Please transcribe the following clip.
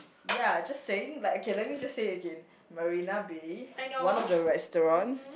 ya just saying like okay let me just say again Marina-Bay one of the restaurants